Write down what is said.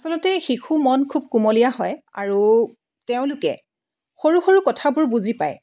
আচলতে শিশুৰ মন খুব কুমলীয়া হয় আৰু তেওঁলোকে সৰু সৰু কথাবোৰ বুজি পায়